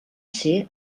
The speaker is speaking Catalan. ser